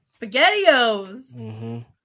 Spaghettios